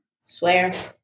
Swear